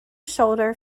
shoulder